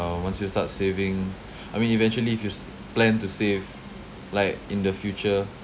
~(uh) once you start saving I mean eventually if you s~ plan to save like in the future